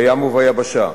בים וביבשה,